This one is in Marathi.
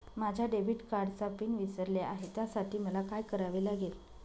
माझ्या डेबिट कार्डचा पिन विसरले आहे त्यासाठी मला काय करावे लागेल?